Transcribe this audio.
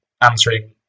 Answering